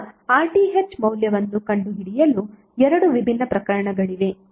ಈಗ RTh ಮೌಲ್ಯವನ್ನು ಕಂಡುಹಿಡಿಯಲು ಎರಡು ವಿಭಿನ್ನ ಪ್ರಕರಣಗಳಿವೆ